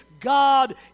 God